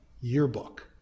yearbook